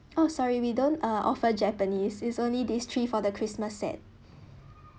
oh sorry we don't uh offer japanese it's only these three for the christmas set